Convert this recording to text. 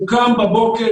הוא קם בבוקר,